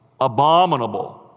abominable